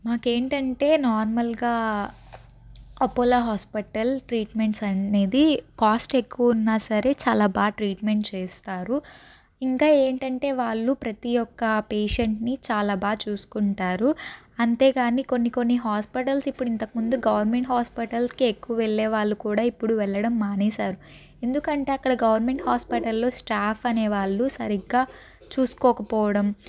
మాకు ఏంటంటే నార్మల్గా అపోలో హాస్పిటల్ ట్రీట్మెంట్స్ అనేది కాస్ట్ ఎక్కువ ఉన్నా సరే చాలా బాగా ట్రీట్మెంట్ చేస్తారు ఇంకా ఏంటంటే వాళ్ళు ప్రతి ఒక్క పేషెంట్ని చాలా బాగా చూసుకుంటారు అంతేగాని కొన్ని కొన్ని హాస్పటల్స్ ఇప్పుడు ఇంతకుముందు గవర్నమెంట్ హాస్పిటల్కి ఎక్కువ వెళ్ళే వాళ్ళు కూడా ఇప్పుడు వెళ్ళడం మానేశారు ఎందుకంటే అక్కడ గవర్నమెంట్ హాస్పిటల్లో స్టాఫ్ అనేవాళ్ళు సరిగ్గా చూసుకోకపోవడం